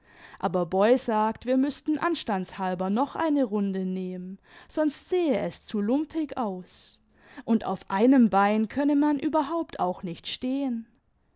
aber boy sagt wir müßten anstandshalber noch eine rimde nehmen sonst sehe es zu lumpig aus und auf einem bein könne man überhaupt auch nicht stehen